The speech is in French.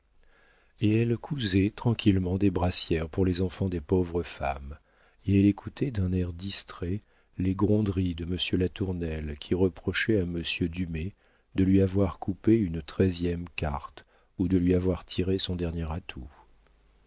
et elle cousait tranquillement des brassières pour les enfants des pauvres femmes et elle écoutait d'un air distrait les gronderies de monsieur latournelle qui reprochait à monsieur dumay de lui avoir coupé une treizième carte ou de lui avoir tiré son dernier atout